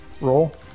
roll